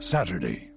Saturday